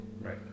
Right